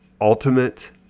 ultimate